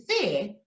fear